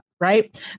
right